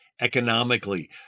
economically